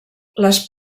les